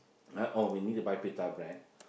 uh oh we need to buy pita bread